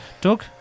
Doug